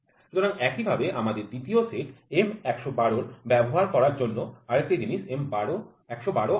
সুতরাং একই ভাবে আমাদের দ্বিতীয় সেট M ১১২ ব্যবহার করার জন্য আরেকটি জিনিস M ১১২ আছে